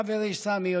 חברי סמי,